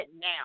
now